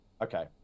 okay